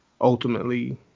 ultimately